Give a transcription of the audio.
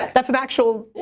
that's an actual